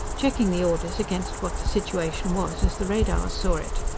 checking the orders against what the situation was as the radars saw it.